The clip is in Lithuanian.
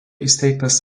įsteigtas